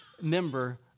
member